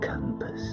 Campus